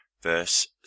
verse